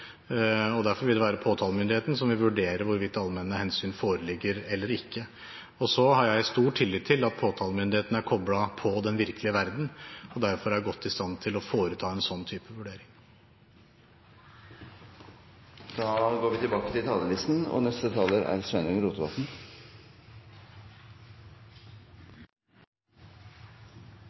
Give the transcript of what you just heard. og derfor vil det være påtalemyndigheten som vil vurdere hvorvidt allmenne hensyn foreligger eller ikke. Og så har jeg stor tillit til at påtalemyndigheten er koblet på den virkelige verden, og derfor er godt i stand til å foreta en sånn type vurdering.